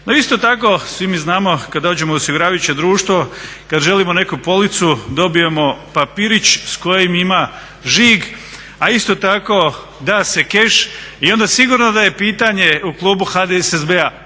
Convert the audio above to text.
No isto tako svi mi znamo kad dođemo u osiguravajuće društvo, kad želimo neku policu dobijemo papirić s kojim ima žig, a isto tako da se keš i onda sigurno da je pitanje u klubu HDSSB-a